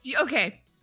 okay